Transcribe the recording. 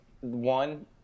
one